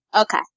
Okay